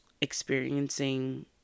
experiencing